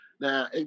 Now